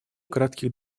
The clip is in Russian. кратких